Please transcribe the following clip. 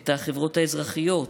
את החברות האזרחיות.